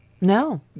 No